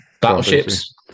Battleships